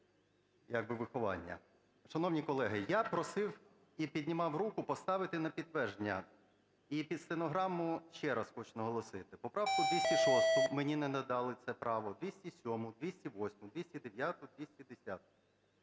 як би виховання. Шановні колеги, я просив і піднімав руку поставити на підтвердження. І під стенограму ще раз хочу наголосити. Поправку 206 (мені не надали це право) 207-у, 208-у, 209-у, 210-у